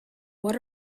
what